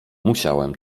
musiałem